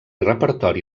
repertori